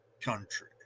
country